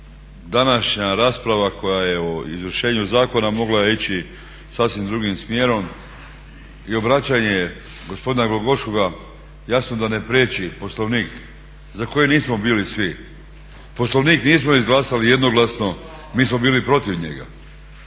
današnja rasprava koja je o izvršenju zakona mogla je ići sasvim drugim smjerom. I obraćanje gospodina Glogoškoga jasno da ne priječi Poslovnik za koji nismo bili svi. Poslovnik nismo izglasali jednoglasno, mi smo bili protiv njega.